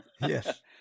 Yes